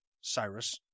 Cyrus